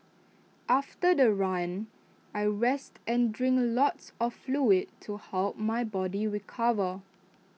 after the run I rest and drink A lots of fluid to help my body to recover